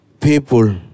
people